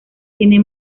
tiene